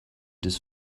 this